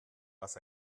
was